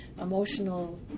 emotional